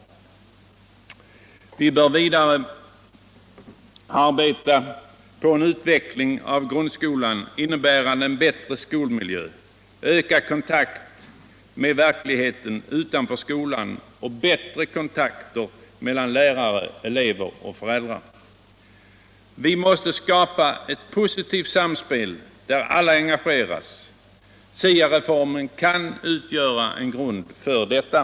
Vi bör arbeta vidare på en utveckling av grundskolan. innebärande en biättre skolmiljö, ökad kontakt med verkligheten utanför skolan och bättre kontakier mellan lärare. elever och föräldrar. Vi maåste skapa ett positivt samspel diär alla ongageras. STA-reformen kan utgöra en grund för detta.